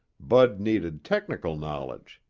bud needed technical knowledge.